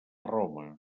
roma